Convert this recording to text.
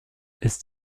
ist